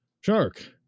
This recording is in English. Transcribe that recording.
Shark